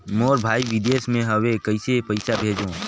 मोर भाई विदेश मे हवे कइसे पईसा भेजो?